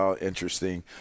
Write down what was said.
interesting